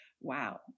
wow